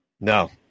No